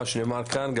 כמו שנאמר כאן,